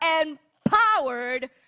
empowered